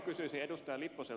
lipposelta ja ed